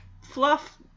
fluff